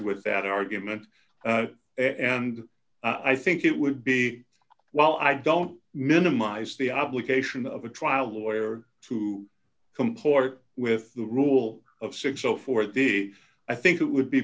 with that argument and i think it would be well i don't minimize the obligation of a trial lawyer to comport with the rule of six so for the i think it would be